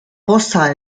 poza